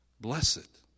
Blessed